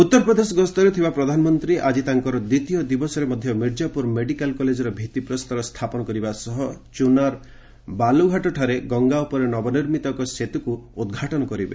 ଉତ୍ତର ପ୍ରଦେଶ ଗସ୍ତରେ ଥିବା ପ୍ରଧାନମନ୍ତ୍ରୀ ଆଜି ତାଙ୍କର ଦ୍ୱିତୀୟ ଦିବସରେ ମଧ୍ୟ ମିର୍ଜାପୁର ମେଡିକାଲ କଲେଜର ଭିଭିପ୍ରସ୍ତର ସ୍ଥାପନ କରିବା ସହ ଚୁନାର୍ ବାଲୁଘାଟଠାରେ ଗଙ୍ଗା ଉପରେ ନବନିର୍ମିତ ଏକ ସେତୁକୁ ଉଦ୍ଘାଟନ କରିବେ